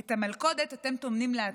את המלכודת אתם טומנים לעצמכם.